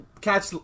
catch